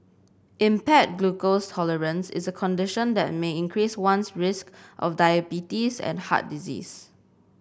impaired glucose tolerance is a condition that may increase one's risk of diabetes and heart disease